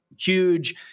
huge